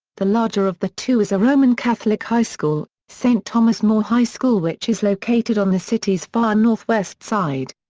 the larger of the two is a roman catholic high school, st. thomas more high school which is located on the city's far northwest side.